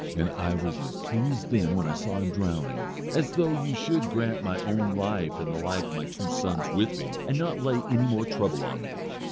and i was as pleased then when i saw him drowning, as though you should grant my own life and the life of my two sons with me, and not lay any more trouble on me.